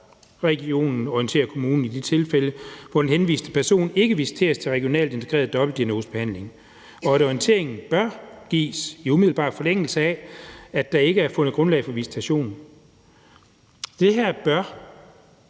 regionen orientere kommunen i de tilfælde, hvor den henviste person ikke visiteres til regional integreret dobbeltdiagnosebehandling, og at orienteringen bør gives i umiddelbar forlængelse af, at der ikke er fundet grundlag for visitation.« Det er det